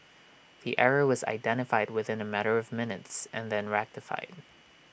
the error was identified within A matter of minutes and then rectified